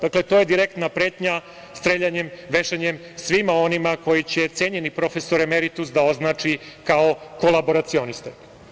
Dakle, to je direktna pretnja streljanjem, vešanjem, svima onima koje će, cenjeni profesor emeritus da označi kao kolaboracioniste.